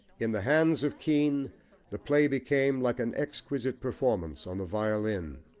in the hands of kean the play became like an exquisite performance on the violin.